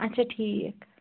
اَچھا ٹھیٖک